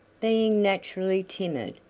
being naturally timid,